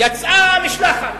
יצאה משלחת.